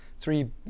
three